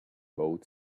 boat